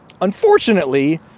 Unfortunately